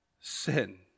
sin